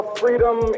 freedom